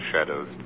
shadows